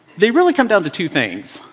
they really come down to two things,